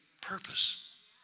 purpose